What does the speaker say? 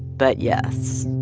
but yes